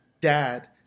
dad